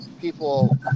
people